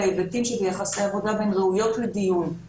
להיבטים של יחסי עבודה והן ראויות לדיון.